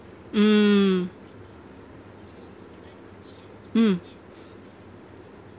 mm mm